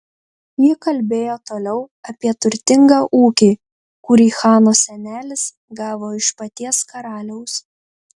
ji kalbėjo toliau apie turtingą ūkį kurį hanos senelis gavo iš paties karaliaus